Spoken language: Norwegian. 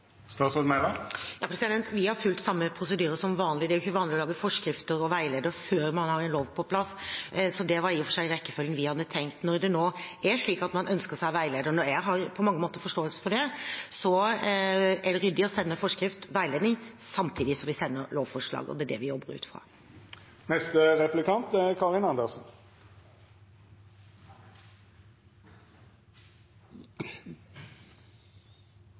Vi har fulgt samme prosedyre som vanlig. Det er jo ikke vanlig å lage forskrifter og veileder før man har en lov på plass. Så det var i og for seg den rekkefølgen vi hadde tenkt. Når det nå er slik at man ønsker seg veilederen – og jeg har på mange måter forståelse for det – er det ryddig å sende forskrift og veileder samtidig som vi sender lovforslag, og det er det vi jobber ut fra. En av de tingene som har vanskeliggjort denne behandlingen, er